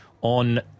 On